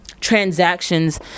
transactions